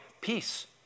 Peace